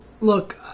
Look